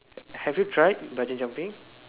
have you tried bungee jumping